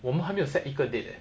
我们还没有 set 一个 date leh